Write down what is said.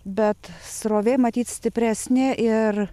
bet srovė matyt stipresnė ir